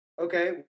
Okay